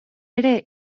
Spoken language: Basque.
ere